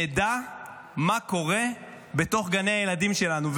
נדע מה קורה בתוך גני הילדים שלנו.